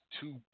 two